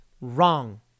wrong